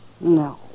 No